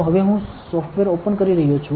તો હવે હું સોફ્ટવેર ઓપન કરી રહ્યો છું